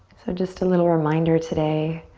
so just a little reminder today